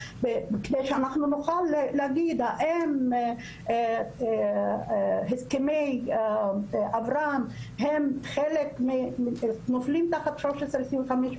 מפני שאנחנו נוכל לדעת אם הסכמי אברהם נופלים תחת 1325,